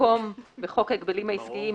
במקום "בחוק ההגבלים העסקיים,